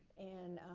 and